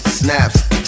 snaps